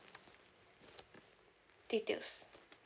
details